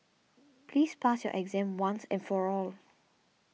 please pass your exam once and for all